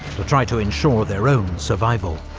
to try to ensure their own survival.